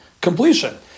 completion